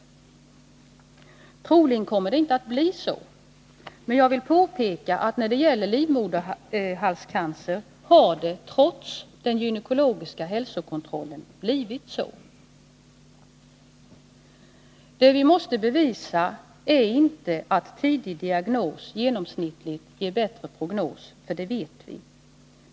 Troligen kommer det inte att bli så, men jag vill påpeka att när det gäller livmoderhalscancer har det trots den gynekologiska hälsokontrollen blivit så. Det vi måste bevisa är inte att tidig diagnos genomsnittligt ger bättre prognos, för det vet vi.